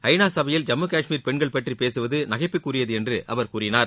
ஐ நா சபையில் ஜம்மு கஷ்மீர் பெண்கள் பற்றி பேசுவது நகைப்புக்குரியது என்று அவர் கூறினார்